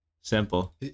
simple